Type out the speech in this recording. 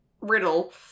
riddle